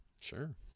Sure